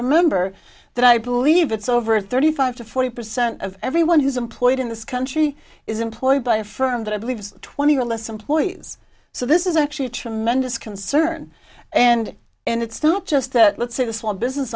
remember that i believe it's over thirty five to forty percent of everyone who is employed in this country is employed by a firm that i believe is twenty or less employees so this is actually a tremendous concern and and it's not just that let's say the small business